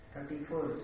Thirty-four